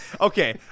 Okay